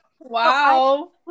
Wow